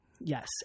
Yes